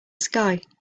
sky